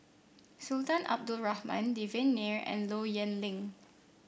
Sultan Abdul Rahman Devan Nair and Low Yen Ling